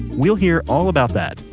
we'll hear all about that,